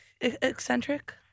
eccentric